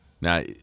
Now